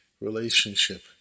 relationship